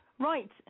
Right